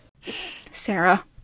Sarah